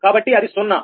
కాబట్టి అది సున్నా